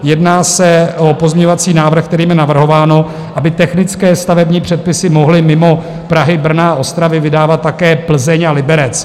Jedná se o pozměňovací návrh, kterým je navrhováno, aby technické stavební předpisy mohly mimo Prahy, Brna a Ostravy vydávat také Plzeň a Liberec.